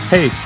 Hey